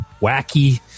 wacky